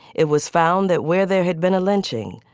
it was found that where there had been a lynching.